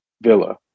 Villa